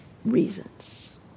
reasons